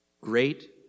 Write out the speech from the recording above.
Great